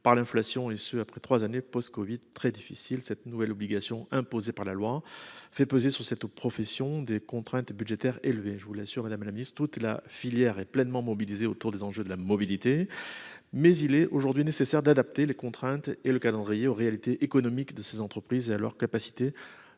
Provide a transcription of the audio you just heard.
par l'inflation, et ce après trois années post-covid difficiles. Cette nouvelle obligation imposée par la loi fait peser sur cette profession des contraintes budgétaires élevées. Je vous l'assure, madame la secrétaire d'État, toute la filière est pleinement mobilisée autour des enjeux de la mobilité, mais il est aujourd'hui nécessaire d'adapter les contraintes et le calendrier aux réalités économiques de ces entreprises et à leur capacité